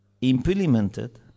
implemented